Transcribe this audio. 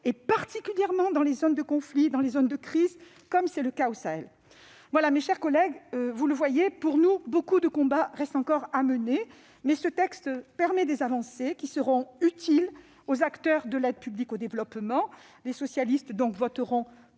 particulièrement dans les zones de conflit et de crise, comme au Sahel. Mes chers collègues, vous le voyez, pour nous, beaucoup de combats restent encore à mener, mais ce texte permet des avancées qui seront utiles aux acteurs de l'aide publique au développement. Par conséquent, les socialistes le voteront.